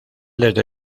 desde